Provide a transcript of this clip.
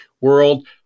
world